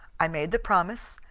i made the promise,